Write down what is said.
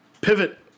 Pivot